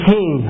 King